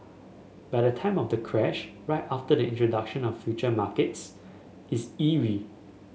but the time of the crash right after the introduction of future markets is eerie